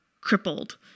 crippled